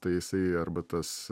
tai jisai arba tas